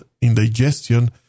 indigestion